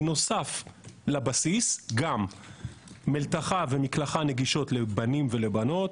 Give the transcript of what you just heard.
בנוסף לבסיס גם מלתחה ומקלחת נגישות לבנים ולבנות,